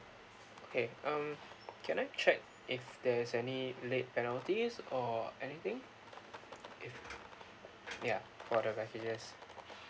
okay um can I check if there's any late penalties or anything if ya for the packages